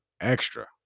extra